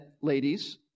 ladies